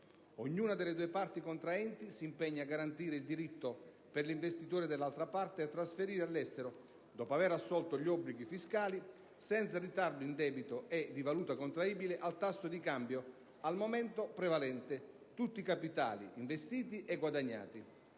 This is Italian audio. Ognuna delle due parti contraenti si impegna a garantire il diritto per l'investitore dell'altra parte a trasferire all'estero, dopo aver assolto gli obblighi fiscali, senza ritardo indebito e in valuta convertibile al tasso di cambio al momento prevalente, tutti i capitali investiti e guadagnati: